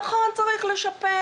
נכון, צריך לשפץ.